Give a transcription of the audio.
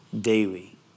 daily